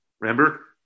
Remember